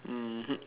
mmhmm